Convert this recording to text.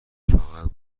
فقط